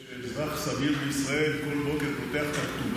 אני מניח שאזרח סביר בישראל פותח בכל